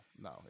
no